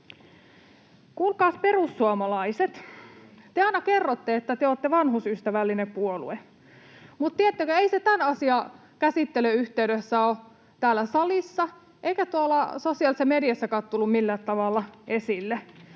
Kuulkaas, perussuomalaiset, te aina kerrotte, että te olette vanhusystävällinen puolue, mutta tiedättekö, ei se tämän asian käsittelyn yhteydessä ole täällä salissa eikä tuolla sosiaalisessa mediassakaan tullut millään tavalla esille.